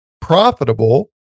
profitable